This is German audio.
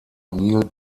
neil